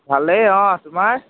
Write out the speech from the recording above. ভালেই অ তোমাৰ